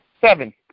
Seven